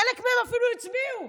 חלק מהם אפילו הצביעו,